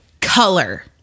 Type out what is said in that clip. Color